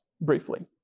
briefly